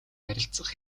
ярилцах